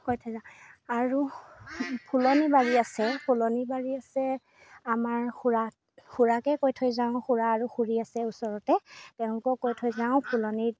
কৈ থৈ যাওঁ আৰু ফুলনি বাৰী আছে ফুলনি বাৰী আছে আমাৰ খুৰাক খুৰাকে কৈ থৈ যাওঁ খুৰা আৰু খুৰী আছে ওচৰতে তেওঁলোকক কৈ থৈ যাওঁ ফুলনিত